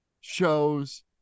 shows